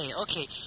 okay